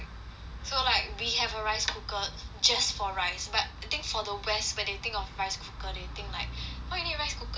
so like we have a rice cooker just for rice but I think for the west when they think of rice cooker they think like why you need rice cooker like